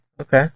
Okay